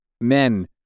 men